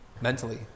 mentally